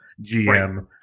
GM